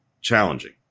challenging